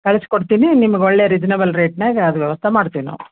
ಕಳ್ಸಿಕೊಡ್ತೀನಿ ನಿಮ್ಗೆ ಒಳ್ಳೆಯ ರಿಜಿನೇಬಲ್ ರೇಟ್ನಾಗ ಅದು ವ್ಯವಸ್ಥೆ ಮಾಡ್ತೀವಿ ನಾವು